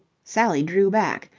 sally drew back.